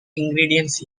ingredients